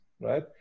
right